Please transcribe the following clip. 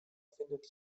findet